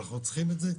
כי אנחנו צריכים את זה,